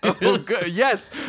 yes